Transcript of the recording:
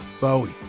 Bowie